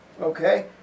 Okay